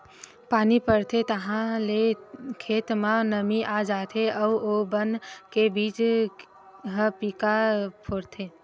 पानी परथे ताहाँले खेत म नमी आ जाथे अउ ओ बन के बीजा ह पीका फोरथे